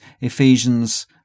Ephesians